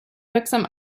wirksam